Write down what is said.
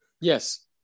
yes